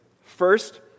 First